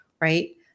right